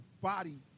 body